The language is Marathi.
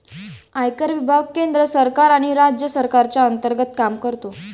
आयकर विभाग केंद्र सरकार आणि राज्य सरकारच्या अंतर्गत काम करतो